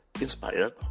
inspired